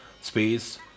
space